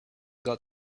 got